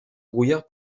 brouillard